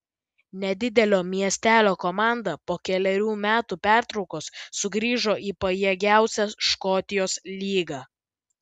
nedidelio miestelio komanda po kelerių metų pertraukos sugrįžo į pajėgiausią škotijos lygą